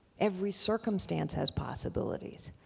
every circumstance has possibilities.